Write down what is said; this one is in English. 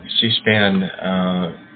C-SPAN